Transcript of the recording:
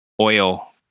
oil